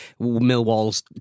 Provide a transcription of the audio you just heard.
Millwall's